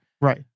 Right